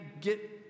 get